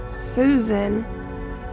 Susan